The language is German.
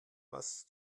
was